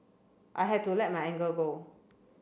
I had to let my anger go